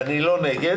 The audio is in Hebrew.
אני לא נגד,